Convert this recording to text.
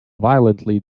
violently